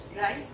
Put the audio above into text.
right